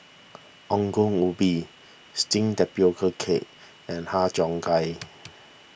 Ongol Ubi Steamed Tapioca Cake and Har Cheong Gai